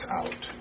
out